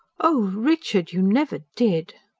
oh, richard, you never did!